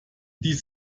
dies